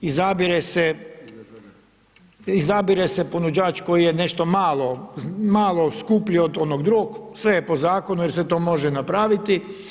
Izabire se ponuđač koji je nešto malo skuplji od onog drugog, sve je po zakonu jer se to može napraviti.